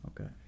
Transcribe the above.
Okay